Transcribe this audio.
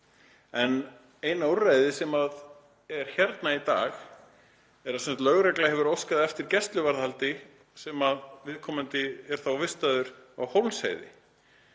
En eina úrræðið sem er hérna í dag er að lögregla hefur óskað eftir gæsluvarðhaldi og viðkomandi er þá vistaður á Hólmsheiði.